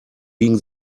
biegen